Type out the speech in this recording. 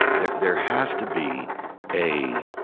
there there has to be a